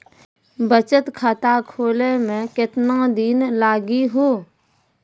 बचत खाता खोले मे केतना दिन लागि हो?